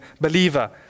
believer